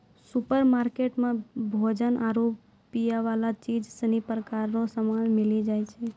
supermarket मे भोजन आरु पीयवला चीज सनी प्रकार रो समान मिली जाय छै